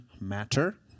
matter